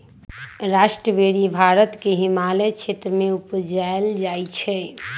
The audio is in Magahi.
स्ट्रावेरी भारत के हिमालय क्षेत्र में उपजायल जाइ छइ